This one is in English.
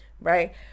right